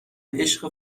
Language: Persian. عشق